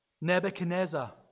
Nebuchadnezzar